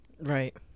Right